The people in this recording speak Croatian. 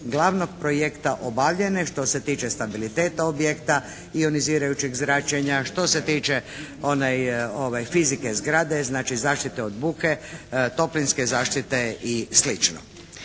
glavnog projekta obavljene što se tiče stabiliteta objekta, ionizirajućeg zračenja, što se tiče fizike zrake, znači zaštite od buke, toplinske zaštite i